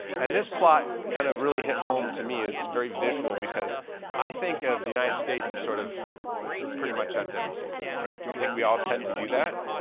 and this plot kind of really hit home. to me it's very visual because i think of the united states is sort of pretty much that's everything, right? we think we all tend to do that,